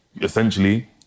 essentially